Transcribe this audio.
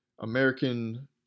American